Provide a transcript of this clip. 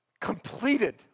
completed